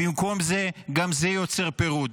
במקום זה, גם זה יוצר פירוד,